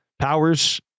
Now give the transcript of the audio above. powers